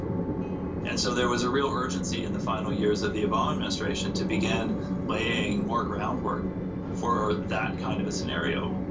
and so there was a real urgency in the final years of the obama administration to begin laying more groundwork for that kind of a scenario.